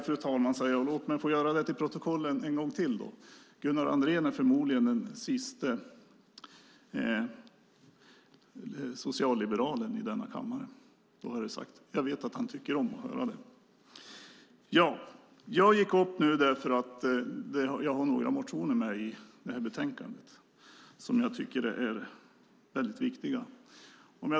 Låt mig än en gång få fört till protokollet att Gunnar Andrén förmodligen är den siste socialliberalen i denna kammare. Då är det sagt. Jag vet att han tycker om att höra det. Jag har gått upp i talarstolen eftersom jag har några motioner som har tagits med i betänkandet och som jag tycker är viktiga.